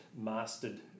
mastered